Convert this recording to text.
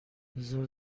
بذار